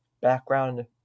background